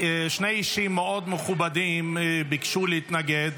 שני אישים מאוד מכובדים ביקשו להתנגד,